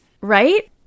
Right